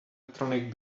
electronic